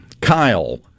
Kyle